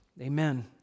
Amen